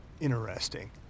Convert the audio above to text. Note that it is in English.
interesting